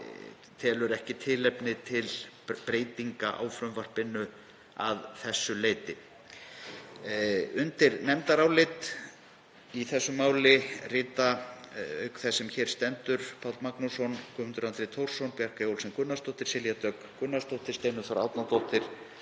telur ekki tilefni til breytinga á frumvarpinu að því leyti. Undir nefndarálit í þessu máli rita auk þess sem hér stendur Páll Magnússon, Guðmundur Andri Thorsson, Bjarkey Olsen Gunnarsdóttir, Silja Dögg Gunnarsdóttir, Steinunn Þóra Árnadóttir